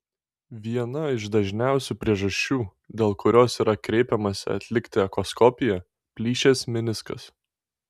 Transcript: viena iš dažniausių priežasčių dėl kurios yra kreipiamasi atlikti echoskopiją plyšęs meniskas